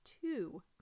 two